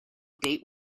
date